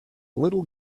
little